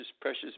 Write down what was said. precious